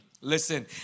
listen